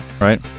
right